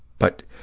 but,